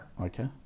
Okay